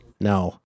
no